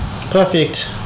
Perfect